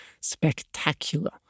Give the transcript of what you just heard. spectacular